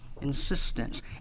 Insistence